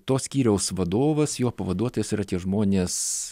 to skyriaus vadovas jo pavaduotojas yra tie žmonės